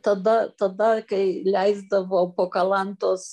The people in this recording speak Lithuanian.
tada tada kai leisdavo po kalantos